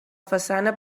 façana